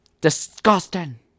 disgusting